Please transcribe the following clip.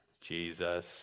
Jesus